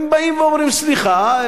הם באים ואומרים: סליחה,